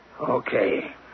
Okay